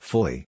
Fully